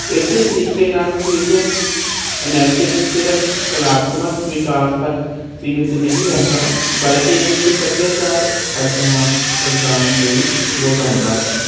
ਇਸੇ ਤਰੀਕੇ ਨਾਲ ਫਿਊਜ਼ਨ ਪਨੈਥਿਕ ਸਿਰਫ ਕਲਾਤਮਕ ਵਿਕਾਸ ਤੱਕ ਸੀਮਿਤ ਨਹੀਂ ਰਹਿੰਦਾ ਬਲਕਿ ਇਹ ਇਕ ਸੱਭਿਆਚਾਰ ਅਦਾਨ ਪ੍ਰਧਾਨ ਨੂੰ ਵੀ ਵਧਾਉਂਦਾ ਹੈ